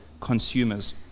consumers